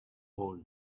all